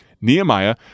Nehemiah